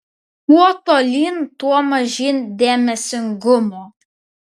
kuo tolyn tuo mažyn dėmesingumo